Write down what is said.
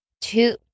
Two